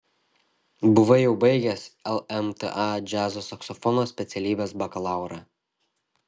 buvai jau baigęs lmta džiazo saksofono specialybės bakalaurą